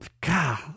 god